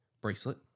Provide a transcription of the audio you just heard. bracelet